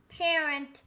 Parent